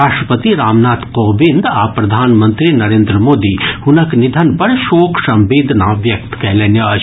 राष्ट्रपति रामनाथ कोविंद आ प्रधानमंत्री नरेंद्र मोदी हुनक निधन पर शोक संवेदना व्यक्त कयलनि अछि